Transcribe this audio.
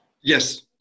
Yes